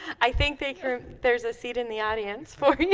i think they can there's a seat in the audience for